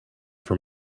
for